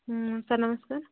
ହୁଁ ସାର୍ ନମସ୍କାର